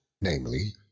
namely